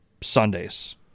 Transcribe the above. sundays